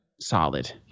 Solid